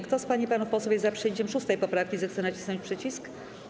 Kto z pań i panów posłów jest za przyjęciem 6. poprawki, zechce nacisnąć przycisk.